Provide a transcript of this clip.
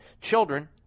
children